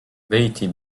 بيتي